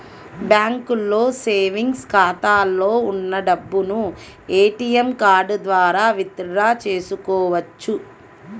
బ్యాంకులో సేవెంగ్స్ ఖాతాలో ఉన్న డబ్బును ఏటీఎం కార్డు ద్వారా విత్ డ్రా చేసుకోవచ్చు